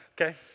Okay